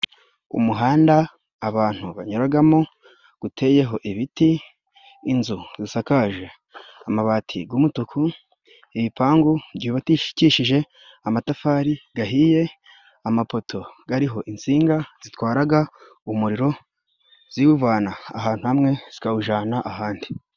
Umuhanda abantu banyuragamo, guteyeho ibiti, inzu zisakaje amabati g'umutuku, ibipangu byubakishije amatafari gahiye, amapoto gariho insinga zitwaraga umuriro ziwuvana ahantu hamwe zikawujana ahandi.